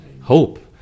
hope